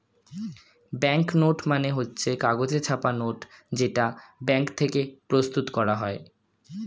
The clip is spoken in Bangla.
ব্যাংক নোট মানে হচ্ছে কাগজে ছাপা নোট যেটা ব্যাঙ্ক থেকে প্রস্তুত করা হয়